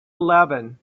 eleven